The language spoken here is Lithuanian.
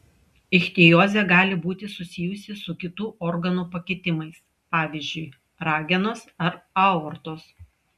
ichtiozė gali būti susijusi su kitų organų pakitimais pavyzdžiui ragenos ar aortos